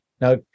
Now